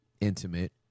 intimate